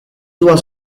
was